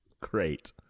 Great